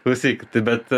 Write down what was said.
klausyk bet